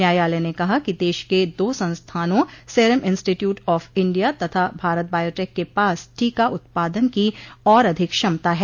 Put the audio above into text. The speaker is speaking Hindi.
न्यायालय ने कहा कि देश के दो संस्थानों सेरेम इंस्टीट्यूट ऑफ इंडिया तथा भारत बायोटेक के पास टीका उत्पादन की और अधिक क्षमता है